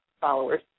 followers